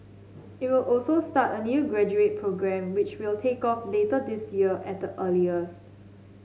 it will also start a new graduate programme which will take off later this year at the earliest